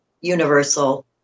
universal